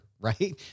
Right